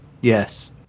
Yes